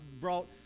brought